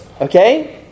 Okay